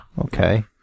okay